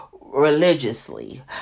religiously